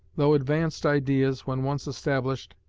though advanced ideas, when once established,